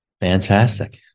Fantastic